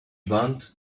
want